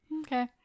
Okay